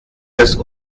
des